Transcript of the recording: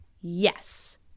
Yes